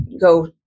go